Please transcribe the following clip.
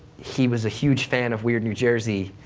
he was a huge fan of weird new jersey,